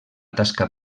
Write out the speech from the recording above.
tasca